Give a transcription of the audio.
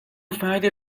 فردی